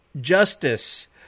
justice